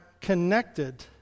connected